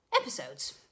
episodes